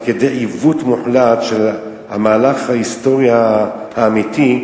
כדי עיוות מוחלט של המהלך ההיסטורי האמיתי,